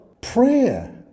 Prayer